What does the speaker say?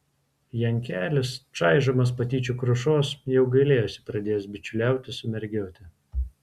jankelis čaižomas patyčių krušos jau gailėjosi pradėjęs bičiuliautis su mergiote